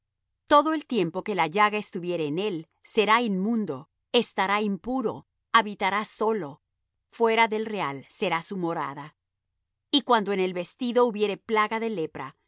todo el tiempo que la llaga estuviere en él será inmundo estará impuro habitará solo fuera del real será su morada y cuando en el vestido hubiere plaga de lepra